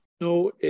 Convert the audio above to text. no